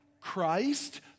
Christ